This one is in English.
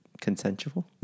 consensual